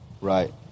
Right